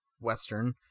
Western